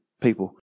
people